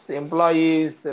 employees